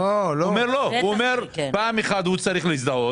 הוא אומר שפעם אחת הוא צריך להזדהות